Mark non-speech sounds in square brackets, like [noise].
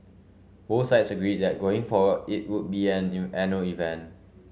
both sides agreed that going forward it would be an [unintelligible] annual event